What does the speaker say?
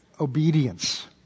obedience